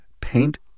paint